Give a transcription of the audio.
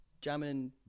jamming